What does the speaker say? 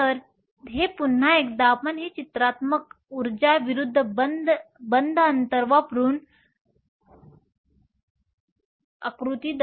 तर हे पुन्हा एकदा आपण हे चित्रात्मक उर्जा विरुद्ध बंध अंतर वापरून आकृती दर्शवू शकतो